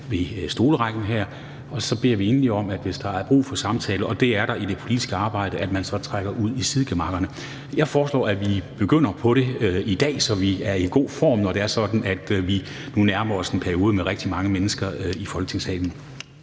ved stolerækken. Og så beder vi som det andet om, at hvis der er brug for at samtale – og det er der i det politiske arbejde – så trækker man ud i sidegemakkerne. Jeg foreslår, at vi begynder på det i dag, så vi er i god form, når nu vi nærmer os en periode med rigtig mange mennesker i Folketingssalen.